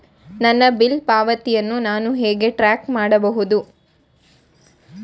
ನನ್ನ ಬಿಲ್ ಪಾವತಿಯನ್ನು ನಾನು ಹೇಗೆ ಟ್ರ್ಯಾಕ್ ಮಾಡಬಹುದು?